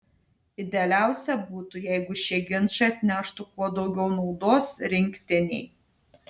idealiausia būtų jeigu šie ginčai atneštų kuo daugiau naudos rinktinei